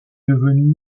devenu